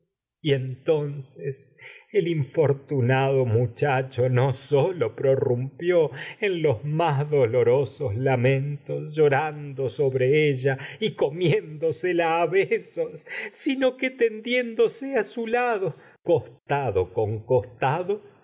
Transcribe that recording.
y entonces el infortunado mucha en no prorrumpió ella y los más dolorosos a lamentos sino que llorando sobre comiéndosela costado con besos tendiéndose á su lado costado